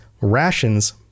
rations